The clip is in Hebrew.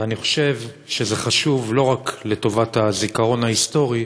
ואני חושב שזה חשוב לא רק לטובת הזיכרון ההיסטורי,